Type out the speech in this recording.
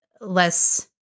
less